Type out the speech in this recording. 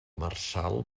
marçal